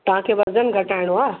तव्हांखे वज़नु घटाइणो आहे